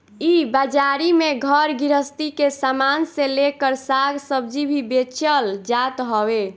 इ बाजारी में घर गृहस्ती के सामान से लेकर साग सब्जी भी बेचल जात हवे